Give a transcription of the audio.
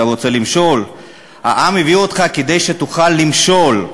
אתה רוצה למשול.